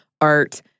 art